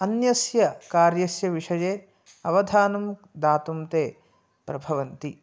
अन्यस्य कार्यस्य विषये अवधानं दातुं ते प्रभवन्ति